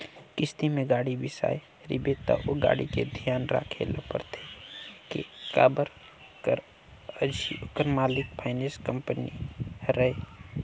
किस्ती में गाड़ी बिसाए रिबे त ओ गाड़ी के धियान राखे ल परथे के काबर कर अझी ओखर मालिक फाइनेंस कंपनी हरय